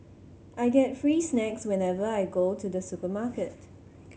I get free snacks whenever I go to the supermarket